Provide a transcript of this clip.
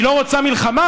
היא לא רוצה מלחמה,